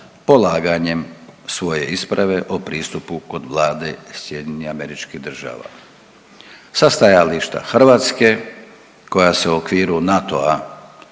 polaganjem svoje isprave o pristup kod vlade SAD-a. Sa stajališta Hrvatske koja se u okviru NATO-a